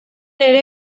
ere